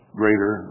greater